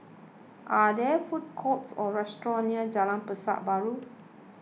are there food courts or restaurants near Jalan Pasar Baru